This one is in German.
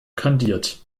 kandiert